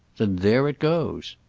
then there it goes!